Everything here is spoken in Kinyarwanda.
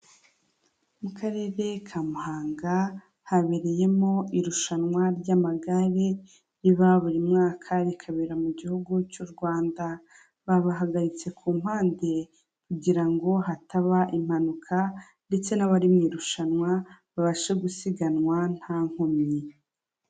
Mu karere ka Muhanga habereyemo irushanwa ry'amagare riba buri mwaka rikabera mu gihugu cy'u Rwanda, babahagaritse ku mpande kugira ngo hataba impanuka ndetse n'abari mu irushanwa babashe gusiganwa nta nkomyi.